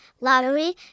lottery